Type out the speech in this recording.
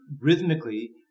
rhythmically